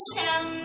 town